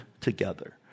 together